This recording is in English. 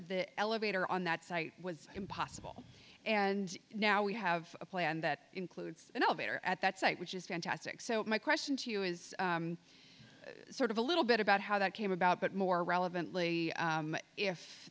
the elevator on that site was impossible and now we have a plan that includes an elevator at that site which is fantastic so my question to you is sort of a little bit about how that came about but more relevantly if if